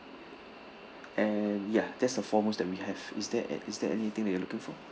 and ya that's the four rooms that we have is there a~ is there anything that you're looking for